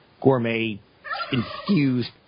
gourmet-infused